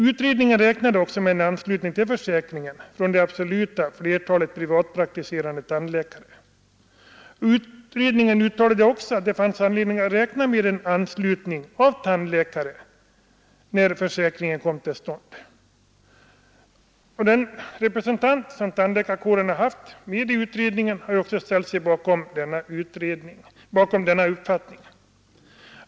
Utredningen räknade också med anslutning till försäkringen från det absoluta flertalet privatpraktiserande tandläkare. Utredningen uttalade att en allmän anslutning av tandläkare kommer till stånd från början. Tandläkarkåren har genom sin organisations representanter i utredningen ställt sig bakom denna uppfattning.